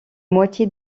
moitié